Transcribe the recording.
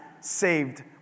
saved